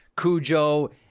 Cujo